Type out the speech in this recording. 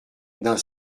d’un